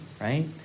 right